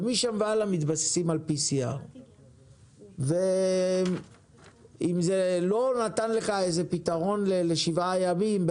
ומשם ומעלה מתבססים על PCR. אם זה לא נתן לך איזה פתרון לשבעה ימים,